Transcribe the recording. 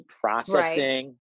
processing